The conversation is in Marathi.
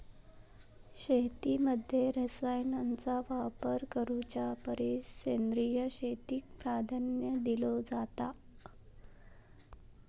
शेतीमध्ये रसायनांचा वापर करुच्या परिस सेंद्रिय शेतीक प्राधान्य दिलो जाता